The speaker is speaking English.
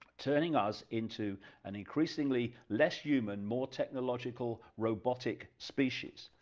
turning us into an increasingly, less human more technological robotic species,